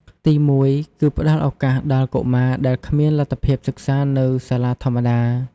ទី១ គឺផ្ដល់ឱកាសដល់កុមារដែលគ្មានលទ្ធភាពសិក្សានៅសាលាធម្មតា។